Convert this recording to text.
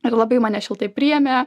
ir labai mane šiltai priėmė